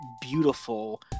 beautiful